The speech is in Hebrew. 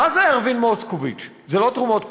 מה זה ארווין מוסקוביץ, זה לא תרומות פוליטיות?